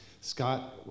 Scott